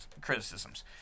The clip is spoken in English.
criticisms